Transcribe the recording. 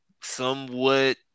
somewhat